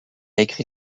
écrit